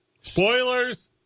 Spoilers